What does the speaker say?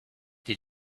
did